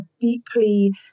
deeply